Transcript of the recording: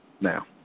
Now